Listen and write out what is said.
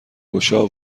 گشا